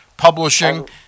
publishing